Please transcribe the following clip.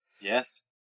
Yes